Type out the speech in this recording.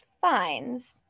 fines